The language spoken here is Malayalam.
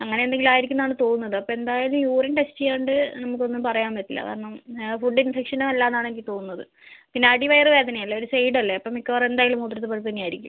അങ്ങനെ എന്തെങ്കിലും ആയിരിക്കും എന്നാണ് തോന്നുന്നത് അപ്പം എന്തായാലും യൂറിൻ ടെസ്റ്റ് ചെയ്യാണ്ട് നമുക്ക് ഒന്നും പറയാൻ പറ്റില്ല കാരണം ഫുഡ് ഇൻഫെക്ഷൻ അല്ല എന്നാണ് എനിക്ക് തോന്നുന്നത് പിന്നെ അടിവയർ വേദനയല്ലേ ഒരു സൈഡ് അല്ലേ അപ്പോൾ മിക്കവാറും എന്തായാലും മൂത്രത്തിൽ പഴുപ്പ് തന്നെയായിരിക്കും